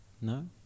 No